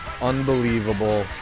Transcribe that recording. Unbelievable